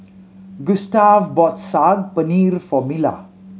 Gustave bought Saag Paneer for Mila